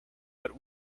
but